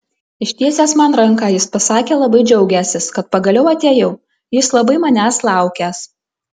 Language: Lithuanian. ištiesęs man ranką jis pasakė labai džiaugiąsis kad pagaliau atėjau jis labai manęs laukęs